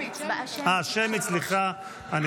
סליחה, הצבעה שמית.